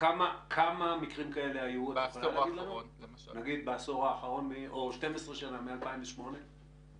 כמה מקרים כאלה היו בעשור האחרון או ב-12 השנים האחרונות מ-2008?